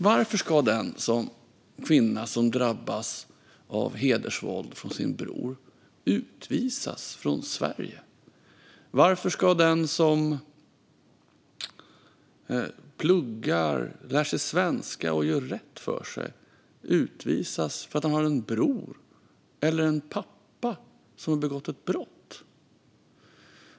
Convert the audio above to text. Varför ska den kvinna som drabbas av hedersvåld från sin bror utvisas från Sverige? Varför ska den som pluggar, lär sig svenska och gör rätt för sig utvisas för att han har en bror eller en pappa som har begått ett brott?